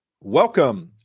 Welcome